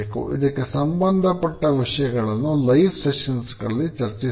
ಇದಕ್ಕೆ ಸಂಬಂಧಪಟ್ಟ ವಿಷಯಗಳನ್ನು ಲೈವ್ ಸೆಶನ್ ಗಳಲ್ಲಿ ಚರ್ಚಿಸೋಣ